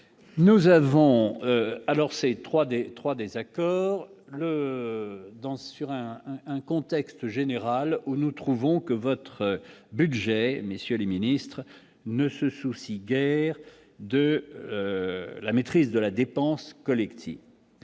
nous avons amorcé 3D 3 des accords de danse sur un un contexte général où nous trouvons que votre budget, messieurs les ministres ne se soucie guère de la maîtrise de la dépense collective